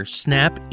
snap